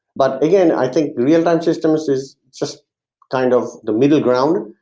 but again, i think real time systems is just kind of the middle ground.